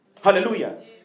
Hallelujah